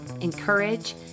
encourage